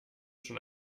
schon